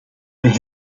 wij